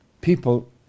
People